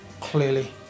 Clearly